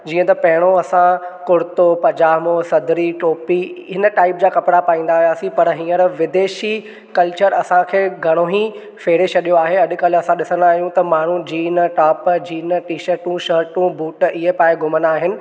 जीअं त पहिरियों असां कुर्तो पजामो सदरी टोपी हिन टाइप जा कपिड़ा पाईंदा हुआसीं पर हींअर विदेशी कल्चर असांखे घणो ई फेरे छॾियो आहे अॼुकल्ह असां ॾिसंदा आहियूं त माण्हू जीन टॉप जीन टीशटूं शटूं बूट इहे पाए घुमंदा आहिनि